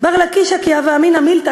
"בר לקישא כי הוה אמינא מילתא",